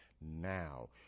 Now